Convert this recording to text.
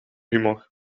humor